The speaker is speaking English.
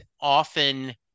often